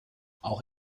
auch